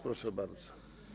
Proszę bardzo.